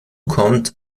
kommt